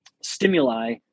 stimuli